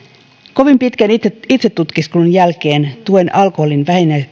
kovin pitkän itsetutkiskelun jälkeen tuen alkoholin